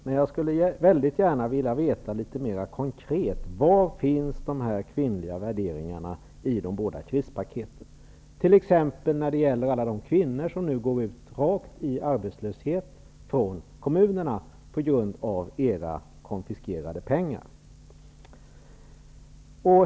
Men jag skulle vilja veta var de kvinnliga värderingarna finns i de båda krispaketen; jag tänker t.ex. på alla de kvinnor som nu från kommunerna går ut i arbetslöshet på grund av era konfiskerade pengar.